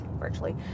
virtually